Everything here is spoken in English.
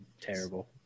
terrible